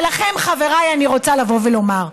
אבל לכם, חבריי, אני רוצה לבוא ולומר: